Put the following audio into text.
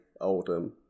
Oldham